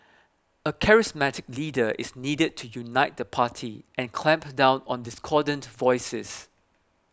a charismatic leader is needed to unite the party and clamp down on discordant voices